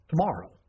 Tomorrow